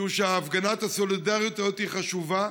משום שהפגנת הסולידריות הזאת היא חשובה.